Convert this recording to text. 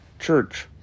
Church